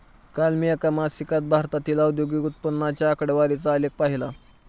काल मी एका मासिकात भारतातील औद्योगिक उत्पन्नाच्या आकडेवारीचा आलेख पाहीला